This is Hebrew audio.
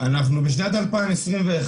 אנחנו בשנת 2021,